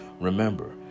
remember